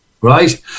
Right